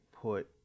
put